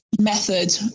method